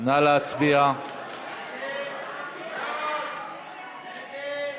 ההצעה להעביר את הצעת חוק הכללת אמצעי